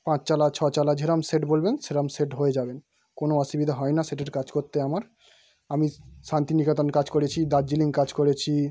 পাঁচ চালা ছ চালা যেরম শেড বলবেন সেরকম শেড হয়ে যাবে কোনও অসুবিধা হয় না শেডের কাজ করতে আমার আমি শান্তিনিকেতন কাজ করেছি দার্জিলিং কাজ করেছি